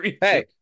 hey